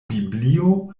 biblio